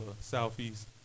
Southeast